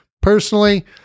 Personally